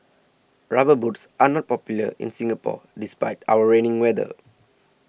rubber boots are not popular in Singapore despite our rainy weather